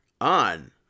on